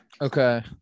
Okay